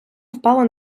впало